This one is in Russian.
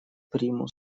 примус